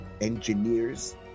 engineers